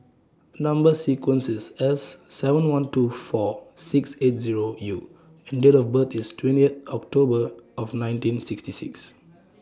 Number sequence IS S seven one two four six eight Zero U and Date of birth IS twentieth October of nineteen sixty six